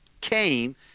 came